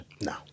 no